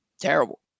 terrible